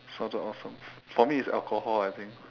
sounded awesome for me is alcohol I think